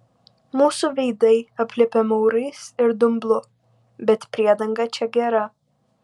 mūsų veidai aplipę maurais ir dumblu bet priedanga čia gera